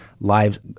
lives